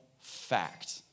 fact